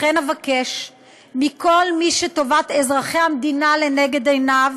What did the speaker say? לכן אבקש מכל מי שטובת אזרחי המדינה לנגד עיניו